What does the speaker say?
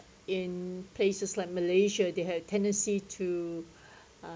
in places like malaysia they have tendency to uh